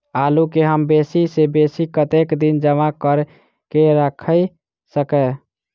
आलु केँ हम बेसी सऽ बेसी कतेक दिन जमा कऽ क राइख सकय